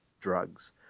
drugs